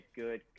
good